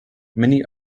many